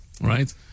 Right